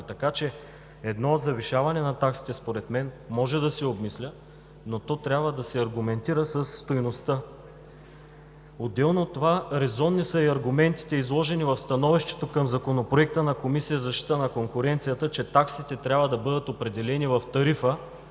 Така че едно завишаване на таксите според мен може да се обмисля, но то трябва да се аргументира със стойността. Отделно от това, резонни са и аргументите изложени в становището към Законопроекта на Комисията за защита на конкуренцията, че таксите трябва да бъдат определени в тарифа,